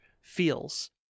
feels